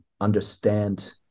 understand